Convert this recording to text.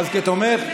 אז כתומך.